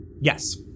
Yes